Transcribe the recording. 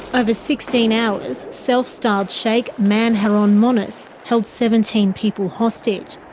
over sixteen hours, self-styled sheik man haron monis held seventeen people hostage.